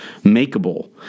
makeable